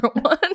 one